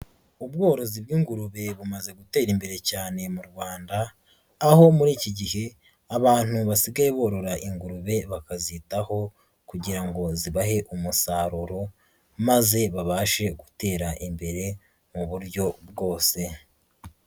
Ubworozi bw'ingurube bumaze gutera imbere cyane mu Rwanda, aho muri iki gihe abantu basigaye borora ingurube bakazitaho kugira ngo zibahe umusaruro, maze babashe gutera imbere mu buryo bwose.